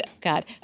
God